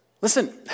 Listen